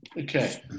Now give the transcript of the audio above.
okay